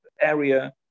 area